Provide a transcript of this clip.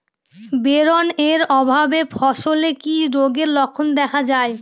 Boron এর অভাবে ফসলে কি রোগের লক্ষণ দেখা যায়?